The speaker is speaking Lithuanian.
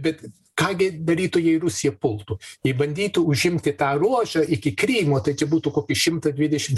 bet ką gi darytų jei rusija pultų ji bandytų užimti tą ruožą iki krymo tai čia būtų kokie šimtas dvidešim